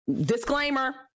disclaimer